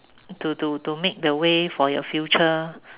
to to to make the way for your future